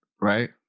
right